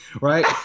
right